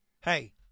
Hey